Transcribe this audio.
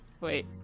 Wait